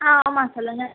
ஆ ஆமா சொல்லுங்கள்